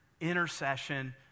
intercession